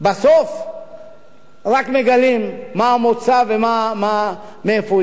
רק בסוף מגלים מה המוצא ומאיפה הוא הגיע.